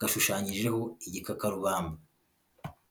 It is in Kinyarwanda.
gashushanyijeho igikakarubamba.